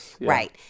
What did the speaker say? right